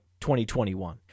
2021